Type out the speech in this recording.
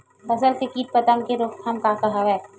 फसल के कीट पतंग के रोकथाम का का हवय?